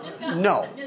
No